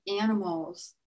animals